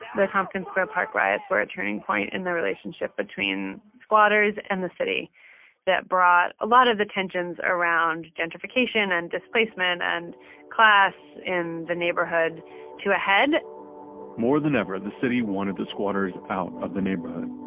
the tompkins square park riots were a turning point in the relationship between squatters and the city that brought a lot of the tensions around gentrification and displacement and class in the neighborhood to a head more than ever, and the city wanted the squatters out of the neighborhood.